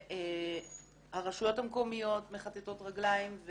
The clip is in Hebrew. הרשויות המקומיות מכתתות רגליים.